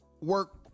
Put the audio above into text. work